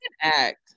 act